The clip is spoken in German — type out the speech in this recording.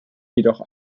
jedoch